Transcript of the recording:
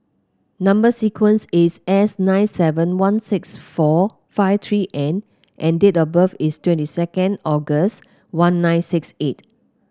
number sequence is S nine seven one six four five three N and date of birth is twenty second August one nine six eight